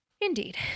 Indeed